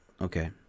Okay